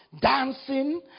dancing